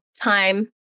time